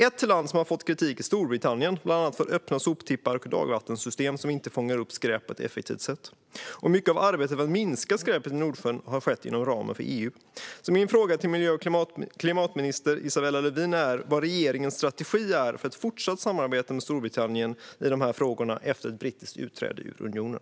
Ett land som har fått kritik är Storbritannien, bland annat för öppna soptippar och dagvattensystem som inte fångar upp skräpet på ett effektivt sätt. Mycket av arbetet för att minska skräpet i Nordsjön har skett inom ramen för EU. Min fråga till miljö och klimatminister Isabella Lövin är vad regeringens strategi är för ett fortsatt samarbete med Storbritannien i de här frågorna efter ett brittiskt utträde ur unionen.